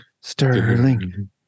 Sterling